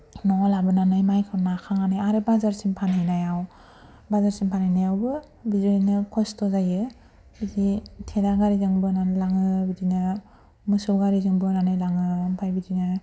न'आव लाबोनानै माइखौ नाखांनानै आरो बाजारसिम फानहैनायाव बाजारसिम फानहैनायावबो बिदिनो खस्थ' जायो बिदि थेला गारिजों बोनानै लाङो बिदिनो मोसौ गारिजों बोनानै लाङो ओमफाय बिदिनो